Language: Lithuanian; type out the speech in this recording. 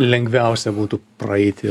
lengviausia būtų praeiti